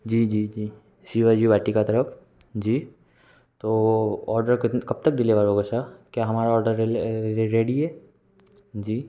जी जी जी शिवाजी वाटिका तरफ जी तो और्डर कब तक डिलेभर होगा सर क्या हमारा औडर रेडी है जी